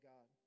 God